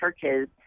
churches